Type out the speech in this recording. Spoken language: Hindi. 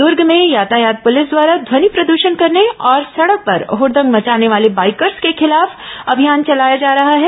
दुर्ग में यातायात पुलिस द्वारा ध्वनि प्रद्षण करने और सड़क पर हड़दंग मचाने वाले बाइकर्स के खिलाफ अभियान चलाया जा रहा है